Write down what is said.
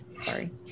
Sorry